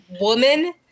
woman